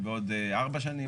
ארבע שנים.